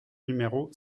numéro